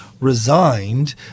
resigned